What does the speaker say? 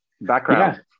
background